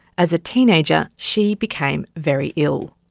as a teenager she became very ill.